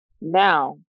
now